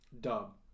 Dub